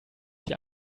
die